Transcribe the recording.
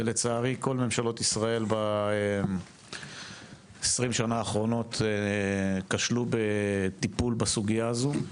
ולצערי כל ממשלות ישראל ב-20 השנים האחרונות כשלו בטיפול בסוגיה הזו.